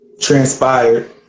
Transpired